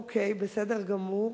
אוקיי, בסדר גמור.